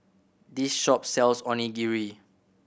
this shop sells Onigiri